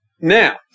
Now